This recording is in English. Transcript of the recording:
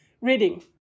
Reading